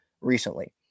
recently